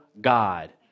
God